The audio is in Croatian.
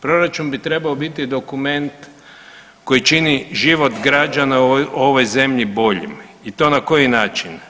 Proračun bi trebao biti dokument koji čini život građana u ovoj zemlji boljim i to na koji način.